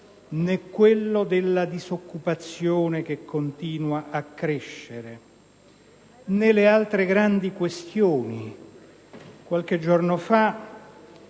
né quello della disoccupazione (che continua a crescere), né le altre grandi questioni. Qualche giorno fa,